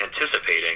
anticipating